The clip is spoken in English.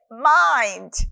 mind